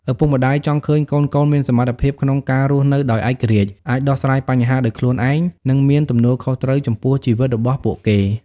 ឪពុកម្ដាយចង់ឃើញកូនៗមានសមត្ថភាពក្នុងការរស់នៅដោយឯករាជ្យ អាចដោះស្រាយបញ្ហាដោយខ្លួនឯង និងមានទំនួលខុសត្រូវចំពោះជីវិតរបស់ពួកគេ។